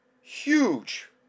huge